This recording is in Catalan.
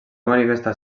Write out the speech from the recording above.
manifestar